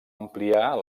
ampliar